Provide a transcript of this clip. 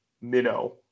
minnow